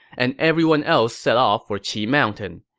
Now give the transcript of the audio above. and everyone else set off for qi mountain.